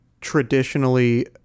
traditionally